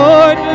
Lord